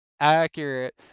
Accurate